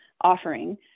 offering